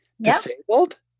Disabled